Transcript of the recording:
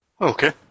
Okay